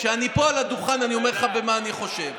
כשאני פה על הדוכן, אני אומר לך מה אני חושב.